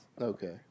Okay